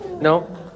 no